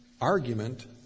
argument